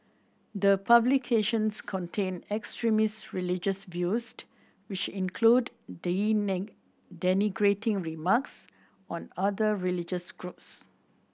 the publications contain extremist religious views which include denigrating remarks on other religious groups